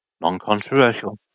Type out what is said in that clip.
Non-controversial